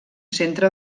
centre